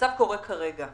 המצב קורה כרגע.